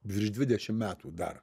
virš dvidešim metų dar